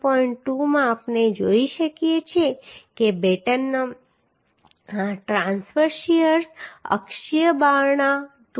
2 માં આપણે જોઈ શકીએ છીએ કે બેટનમાં ટ્રાન્સવર્સ શીયરને અક્ષીય બળના 2